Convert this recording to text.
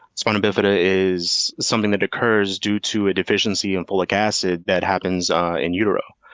spina bifida is something that occurs due to a deficiency in folic acid that happens in utero.